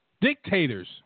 Dictators